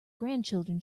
grandchildren